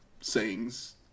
sayings